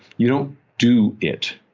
you don't do it.